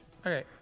Okay